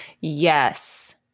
Yes